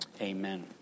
Amen